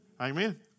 Amen